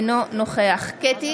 אינו נוכח קטי